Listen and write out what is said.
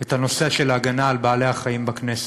את הנושא של ההגנה על בעלי-החיים בכנסת,